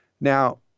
Now